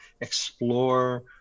explore